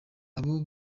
abo